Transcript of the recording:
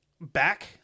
back